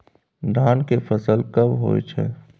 धान के फसल कब होय छै?